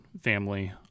family